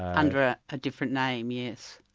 under a ah different name, yes.